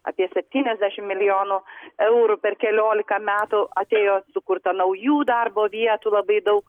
apie septyniasdešimt milijonų eurų per keliolika metų atėjo sukurta naujų darbo vietų labai daug